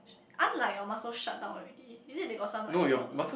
aren't like your muscle shut down already is it they got some like problem